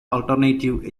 alternative